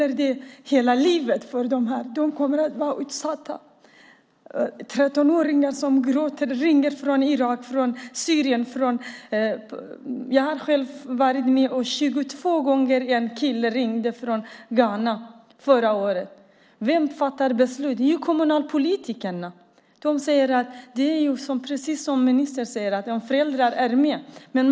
Det handlar om hela livet för de barn som blir utsatta. 13-åringar ringer från Irak och Syrien och gråter. Jag har varit med om att en kille förra året ringde 22 gånger från Ghana. Vem fattar besluten? Jo, kommunalpolitikerna. De säger, precis som ministern, att föräldrarna är med på det.